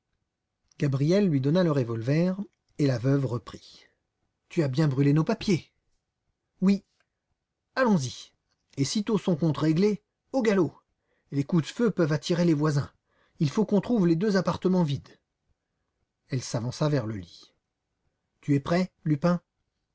gabriel lui donna le revolver et la veuve reprit tu as bien brûlé nos papiers oui allons-y et sitôt son compte réglé au galop les coups de feu peuvent attirer les voisins il faut qu'on trouve les deux appartements vides elle s'avança vers le lit tu es prêt lupin